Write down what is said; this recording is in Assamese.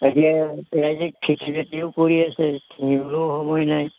তাকে খেতি বাতিও কৰি আছে সময় নাই